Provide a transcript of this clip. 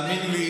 תאמיני לי,